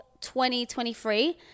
2023